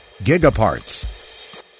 Gigaparts